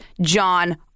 John